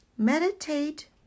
Meditate